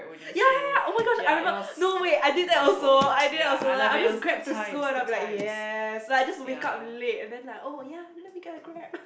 ya ya ya oh-my-gosh I remember no way I did that also I did that also like I would just Grab to school and then I'll be like yes like I would just wake up late and then like oh ya let me get a Grab